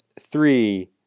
three